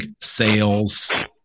sales